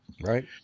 right